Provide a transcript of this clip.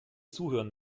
zuhören